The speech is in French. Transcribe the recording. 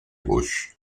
gauche